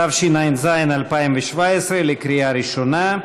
התשע"ז 2017, לקריאה ראשונה.